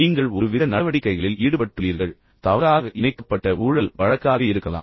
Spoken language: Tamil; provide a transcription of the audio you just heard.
நீங்கள் ஒருவித நடவடிக்கைகளில் ஈடுபட்டுள்ளீர்கள் தவறாக இணைக்கப்பட்ட ஊழல் வழக்காக இருக்கலாம்